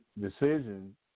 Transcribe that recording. decision